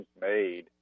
made